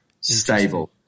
stable